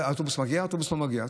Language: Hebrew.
אם האוטובוס מגיע או האוטובוס לא מגיע.